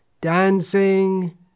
dancing